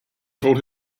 told